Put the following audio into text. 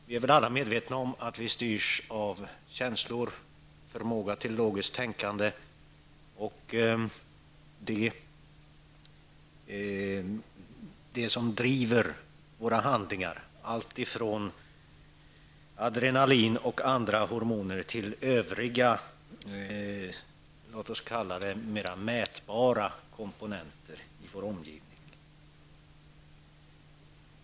Vi är alla väl medvetna om att vi styrs av känslor, förmåga till logiskt tänkande och det som driver våra handlingar, alltifrån adrenalin och andra hormoner till övriga, låt oss kalla dem, mer mätbara komponenter i vår omgivning.